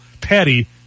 patty